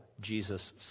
Jesus